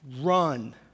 run